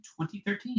2013